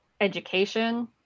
education